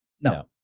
no